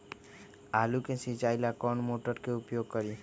आलू के सिंचाई ला कौन मोटर उपयोग करी?